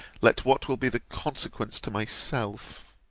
let what will be the consequence to myself.